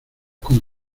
con